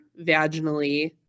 vaginally